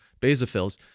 basophils